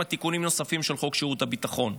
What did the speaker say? עם תיקונים נוספים של חוק שירות הביטחון.